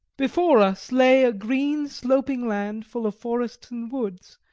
before us lay a green sloping land full of forests and woods,